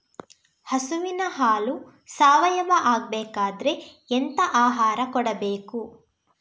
ಹಸುವಿನ ಹಾಲು ಸಾವಯಾವ ಆಗ್ಬೇಕಾದ್ರೆ ಎಂತ ಆಹಾರ ಕೊಡಬೇಕು?